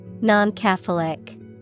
Non-Catholic